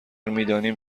میدانیم